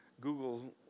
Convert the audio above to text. Google